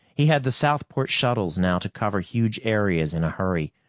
he had the southport shuttles now to cover huge areas in a hurry.